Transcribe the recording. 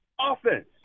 offense